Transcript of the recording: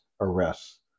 arrests